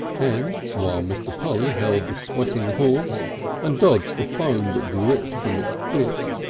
and while mr. polly held the sweating horse and dodged the foam that dripped from its bit,